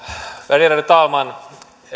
värderade talman